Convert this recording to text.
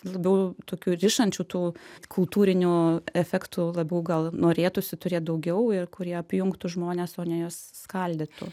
labiau tokių rišančių tų kultūrinių efektų labiau gal norėtųsi turėt daugiau ir kurie apjungtų žmones o ne juos skaldytų